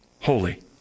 holy